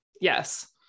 Yes